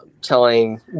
telling